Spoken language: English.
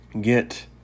Get